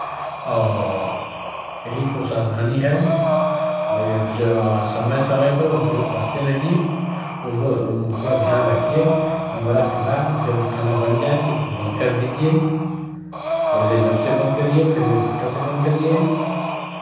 और यही तो सावधानी है वही अब समय समय पर उपयोग करते रहिये उसको थोड़ा ध्यान रखिये कि हमारा चूल्हा जब खाना बन जाए तो उसको बंद कर दीजिये पहले नॉब से बंद करिये फिर रेगुलेटर से बंद करिये